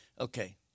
Okay